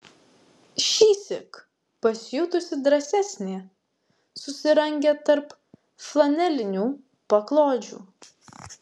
šįsyk pasijutusi drąsesnė susirangė tarp flanelinių paklodžių